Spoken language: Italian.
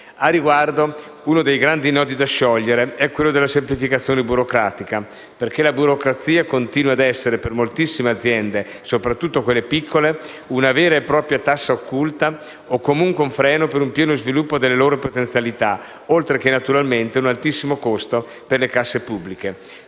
Al riguardo, uno dei grandi nodi da sciogliere è quello della semplificazione burocratica, perché la burocrazia continua ad essere, per moltissime aziende, soprattutto le piccole, una vera e propria tassa occulta o comunque un freno per un pieno sviluppo delle loro potenzialità, oltre che, naturalmente, un altissimo costo per le casse pubbliche.